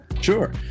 Sure